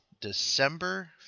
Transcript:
December